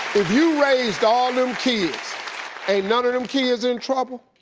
if you raised all them kids and none of them kids in trouble?